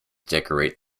decorate